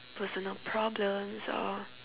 personal problems or